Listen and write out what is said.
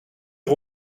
est